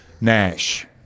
Nash